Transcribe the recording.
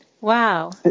Wow